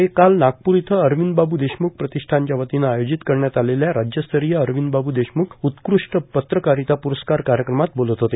ते काल नागपूर इथं अरविंदबाब् देशमुख प्रतिष्ठानच्या वतीनं आयोजित करण्यात आलेल्या राज्यस्तरीय अरविंदबाब् देशमुख उत्कृष्ट पत्रकारिता पुरस्कार कार्यक्रमात बोलत होते